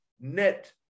net